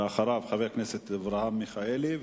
ואחריו, חבר הכנסת אברהם מיכאלי.